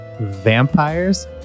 vampires